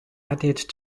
added